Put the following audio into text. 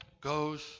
goes